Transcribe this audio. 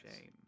shame